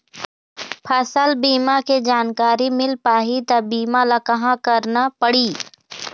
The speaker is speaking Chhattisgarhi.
फसल बीमा के जानकारी मिल पाही ता बीमा ला कहां करना पढ़ी?